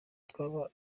twaba